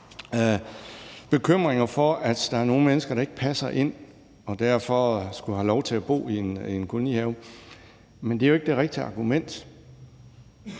bekymringer for, at der er nogle mennesker, der ikke passer ind andre steder, og derfor skal have lov til at bo i en kolonihave. Men det er jo ikke det rigtige argument,